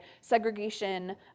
Segregation